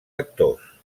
actors